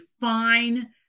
fine